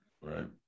Right